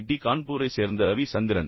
D கான்பூரைச் சேர்ந்த ரவி சந்திரன்